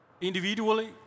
individually